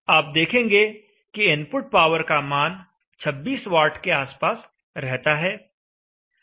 आप देखेंगे कि इनपुट पावर का मान 26 वाट के आसपास रहता है